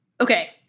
Okay